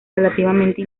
relativamente